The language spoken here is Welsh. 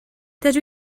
dydw